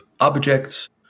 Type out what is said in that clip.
objects